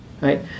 right